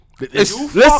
Listen